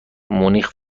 مونیخ